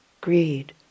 greed